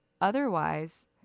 otherwise